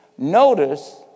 Notice